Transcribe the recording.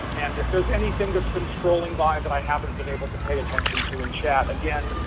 and if there's anything that's been scrolling by that i haven't been able to pay attention to in chat, again,